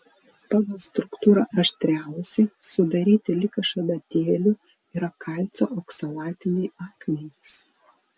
pagal struktūrą aštriausi sudaryti lyg iš adatėlių yra kalcio oksalatiniai akmenys